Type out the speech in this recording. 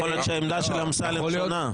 יכול להיות שהעמדה של אמסלם שונה.